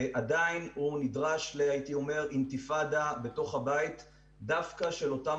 הוא עדיין מקבל אינתיפאדה בתוך הבית דווקא של אותם